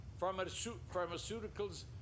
pharmaceuticals